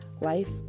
Life